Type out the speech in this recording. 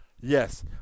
Yes